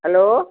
hello